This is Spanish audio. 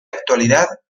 actualidad